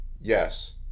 Yes